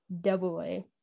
double-A